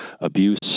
abuse